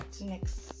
next